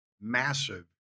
massive